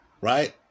right